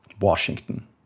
Washington